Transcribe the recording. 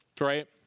Right